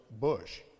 Bush